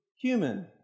human